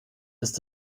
ist